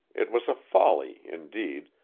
it was a folly, indeed,